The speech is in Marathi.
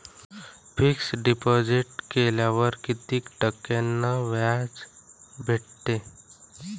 फिक्स डिपॉझिट केल्यावर कितीक टक्क्यान व्याज भेटते?